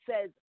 says